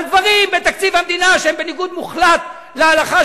על דברים בתקציב המדינה שהם בניגוד מוחלט להלכה,